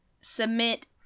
Submit